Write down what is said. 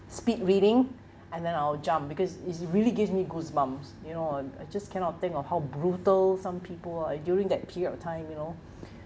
speed reading and then I'll jump because it's really gives me goosebumps you know I I just cannot think of how brutal some people are during that period of time you know